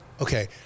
Okay